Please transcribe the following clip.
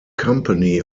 company